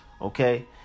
Okay